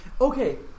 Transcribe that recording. Okay